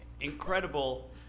Incredible